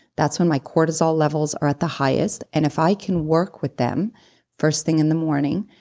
that's when my cortisol levels are at the highest, and if i can work with them first thing in the morning,